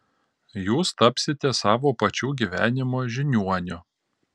jūs tapsite savo pačių gyvenimo žiniuoniu